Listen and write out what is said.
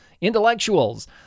intellectuals